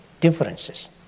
differences